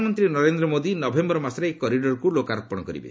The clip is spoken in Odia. ପ୍ରଧାନମନ୍ତ୍ରୀ ନରେନ୍ଦ୍ର ମୋଦି ନଭେମ୍ଭର ମାସରେ ଏହି କରିଡ଼ର୍କୁ ଲୋକାର୍ପଣ କରିବେ